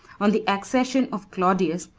on the accession of claudius,